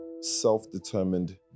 self-determined